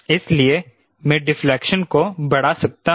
इसलिए मैं डिफलेक्शन को बढ़ा सकता हूं